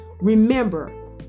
Remember